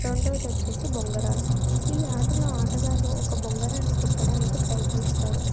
రెండోదోచ్చేసి బొంగరాళ్లు ఈ ఆటలో ఆటగాళ్లు ఒక బొంగరాన్ని తిప్పడానికి ప్రయత్నిస్తారు